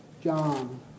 John